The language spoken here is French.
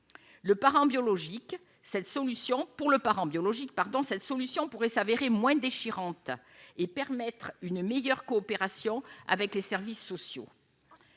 pour le parent biologique, pardon, cette solution pourrait s'avérer moins déchirantes et permettre une meilleure coopération avec les services sociaux